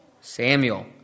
Samuel